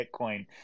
Bitcoin